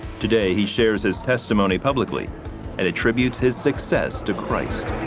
today he shares his testimony publicly and attributes his success to christ.